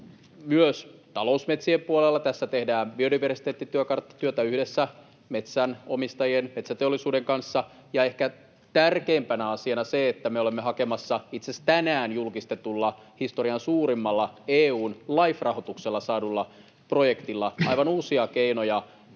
Myös talousmetsien puolella tässä tehdään biodiversiteettityökarttatyötä yhdessä metsänomistajien ja metsäteollisuuden kanssa. Ja ehkä tärkeimpänä asiana on se, että me olemme hakemassa itse asiassa tänään julkistetulla historian suurimmalla EU:n Life-rahoituksella saadulla projektilla aivan uusia keinoja